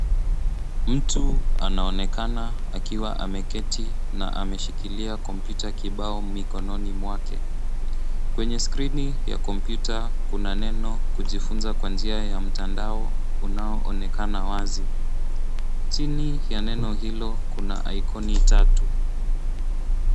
Mtu anaonekana akiwa ameketi na ameshikilia kompyuta kibao mikononi mwake. Kwenye skrini ya kompyuta kuna neno kujifunza kwa njia ya mtandao unaoonekana wazi chini ya neno hilo kuna aikoni tatu.